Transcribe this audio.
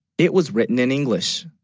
it was written in english?